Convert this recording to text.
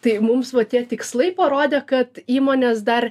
tai mums va tie tikslai parodė kad įmonės dar